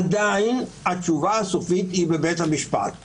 עדיין התשובה הסופית היא בבית המשפט.